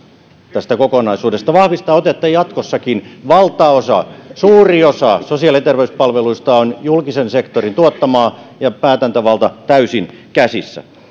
tästä kokonaisuudesta vahvistaa otetta ja jatkossakin valtaosa suuri osa sosiaali ja terveyspalveluista on julkisen sektorin tuottamaa ja päätäntävalta täysin sen käsissä